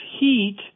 heat